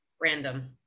Random